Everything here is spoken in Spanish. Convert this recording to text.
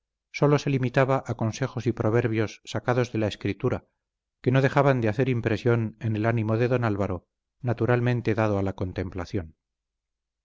sólo se limitaba a consejos y proverbios sacados de la escritura que no dejaban de hacer impresión en el ánimo de don álvaro naturalmente dado a la contemplación